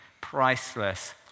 priceless